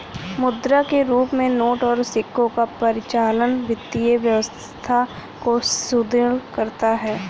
मुद्रा के रूप में नोट और सिक्कों का परिचालन वित्तीय व्यवस्था को सुदृढ़ करता है